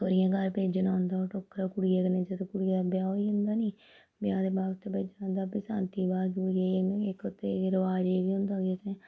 सौह्रियें दे घर भेजना होंदा ओह् टोकरा कुड़ियै दे कन्नै जदूं कुड़ियै दा ब्याह् होई जंदा नी ब्याह् दे बाद उत्थै भेजना होंदा फ्ही सांती दे बाद इक केह् रवाज एह् बी होंदा कि उत्थें